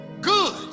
Good